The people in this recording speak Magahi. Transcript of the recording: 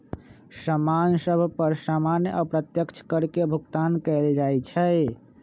समान सभ पर सामान्य अप्रत्यक्ष कर के भुगतान कएल जाइ छइ